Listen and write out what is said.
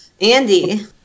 Andy